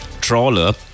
trawler